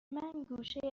گوشه